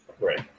Right